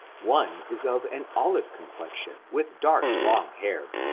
one is of an olive complexion with dark, long hair,